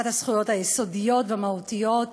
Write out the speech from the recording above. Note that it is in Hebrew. אחת הזכויות היסודיות והמהותיות,